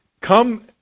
Come